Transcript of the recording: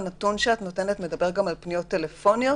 הנתון שאת נותנת מדבר גם על פניות טלפוניות?